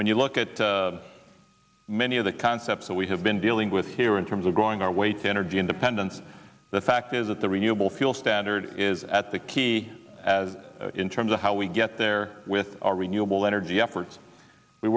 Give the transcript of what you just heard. when you look at many of the concepts that we have been dealing with here in terms of growing our way to energy independence the fact is that the renewable fuel standard is at the key as in terms of how we get there with our renewable energy efforts we